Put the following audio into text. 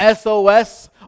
SOS